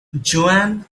joanne